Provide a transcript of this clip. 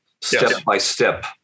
step-by-step